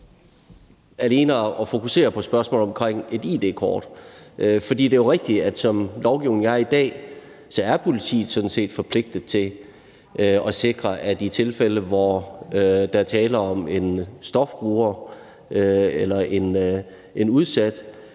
alene at fokusere på spørgsmålet omkring et id-kort. For det er jo rigtigt, at som lovgivningen er i dag, er politiet sådan set forpligtet til at sikre, at i tilfælde, hvor der er tale om en stofbruger eller en udsat,